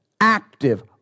Active